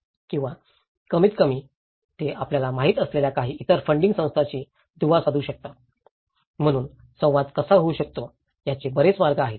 किंवा कमीतकमी ते आपल्याला माहिती असलेल्या काही इतर फंडिंग संस्थांशी दुवा साधू शकतात म्हणून संवाद कसा होऊ शकतो याचे बरेच मार्ग आहेत